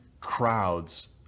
crowds